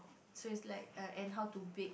so is like err and how to bake